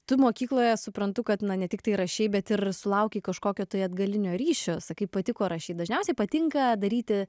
tu mokykloje suprantu kad na ne tiktai rašei bet ir sulaukei kažkokio tai atgalinio ryšio sakei patiko rašyt dažniausiai patinka daryti